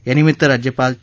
यानिमित्त राज्यपाल चे